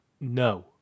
No